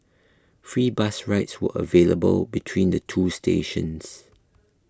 free bus rides were available between the two stations